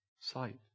sight